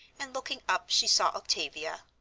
and looking up she saw octavia.